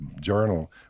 journal